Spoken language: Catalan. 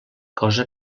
cosa